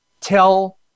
tell